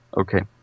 Okay